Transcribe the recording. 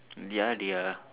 ya they are